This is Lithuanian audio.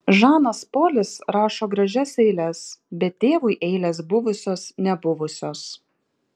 žanas polis rašo gražias eiles bet tėvui eilės buvusios nebuvusios